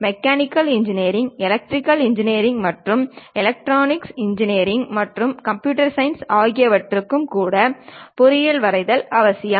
mechanical engineering electrical engineering மற்றும் electronics மற்றும் computer science ஆகியவற்றுக்கு கூட பொறியியல் வரைதல் அவசியம்